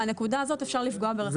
מהנקודה הזאת אפשר לפגוע ברכב.